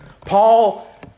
Paul